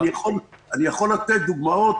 אני יכול להציג דוגמאות,